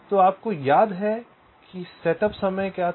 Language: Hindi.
तो आपको याद है कि सेटअप समय क्या था